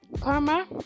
karma